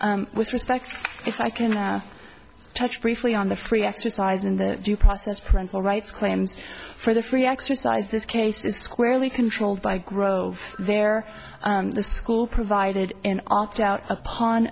with respect if i can touch briefly on the free exercise in the due process parental rights claims for the free exercise this case is squarely controlled by grove there the school provided in opt out upon